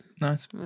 Nice